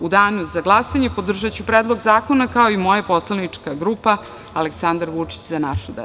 U danu za glasanje podržaću Predlog zakona, kao i moja poslanička grupa Aleksandar Vučić – Za našu decu.